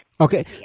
Okay